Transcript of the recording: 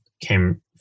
came